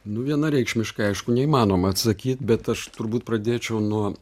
nu vienareikšmiškai aišku neįmanoma atsakyt bet aš turbūt pradėčiau nuo